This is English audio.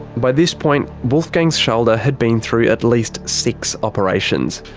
by this point, wolfgang's shoulder had been through at least six operations.